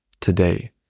today